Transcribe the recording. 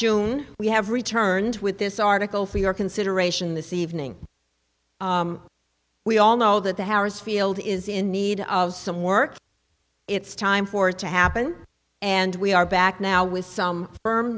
june we have returned with this article for your consideration this evening we all know that the harris field is in need of some work it's time for it to happen and we are back now with some firm